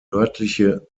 nördliche